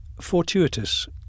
fortuitous